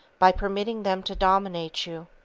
by permitting them to dominate you.